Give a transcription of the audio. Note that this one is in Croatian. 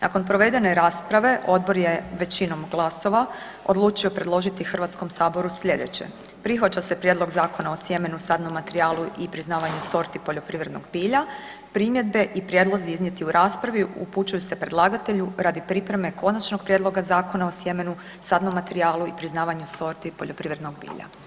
Nakon provedene rasprave odbor je većinom glasova odlučio predložiti HS sljedeće, prihvaća se Prijedlog zakona o sjemenu, sadnom materijalu i priznavanju sorti poljoprivrednog bilja, primjedbe i prijedlozi iznijeti u raspravi upućuju se predlagatelju radi pripreme Konačnog prijedloga Zakona o sjemenu, sadnom materijalu i priznavanju sorti poljoprivrednog bilja.